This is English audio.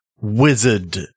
wizard